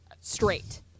straight